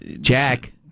Jack